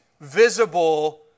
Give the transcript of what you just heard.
visible